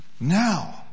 now